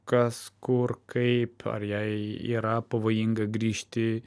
kas kur kaip ar jai yra pavojinga grįžti